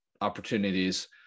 opportunities